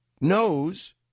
knows